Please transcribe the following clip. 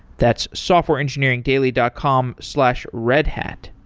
that's softwareengineeringdaily dot com slash redhat.